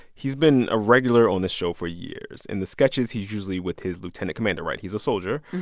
he's been a regular on the show for years. in the sketches, he's usually with his lieutenant commander, right? he's a soldier.